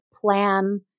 plan